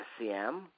SCM